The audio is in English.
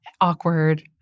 awkward